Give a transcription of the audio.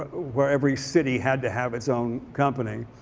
where every city had to have its own company.